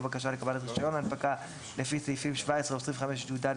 או בקשה לקבלת רישיון הנפקה לפי סעיפים 17 או 25יד,